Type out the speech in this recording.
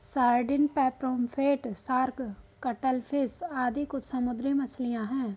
sardine, pomfret, shark, cuttlefish आदि कुछ समुद्री मछलियाँ हैं